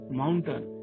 mountain